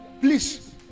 please